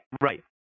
right